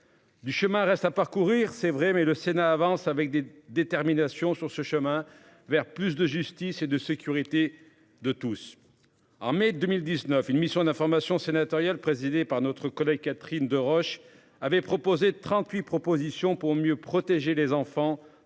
Du chemin reste à parcourir. C'est vrai mais le Sénat avance avec des détermination sur ce chemin vers plus de justice et de sécurité de tous. Armés 2019 une mission d'information sénatoriale présidée par notre collègue Catherine Deroche avait proposé 38 propositions pour mieux protéger les enfants